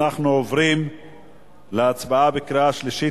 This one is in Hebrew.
אנחנו עוברים להצבעה בקריאה שלישית.